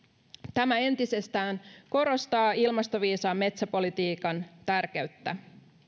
tämä entisestään korostaa ilmastoviisaan metsäpolitiikan tärkeyttä